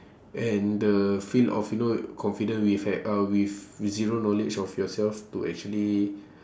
and the feel of you know confidence with a~ uh with with zero knowledge of yourself to actually